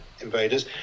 invaders